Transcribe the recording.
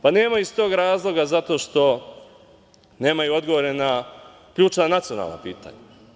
Pa, nemaju iz tog razloga zato što nemaju odgovore na ključna nacionalna pitanja.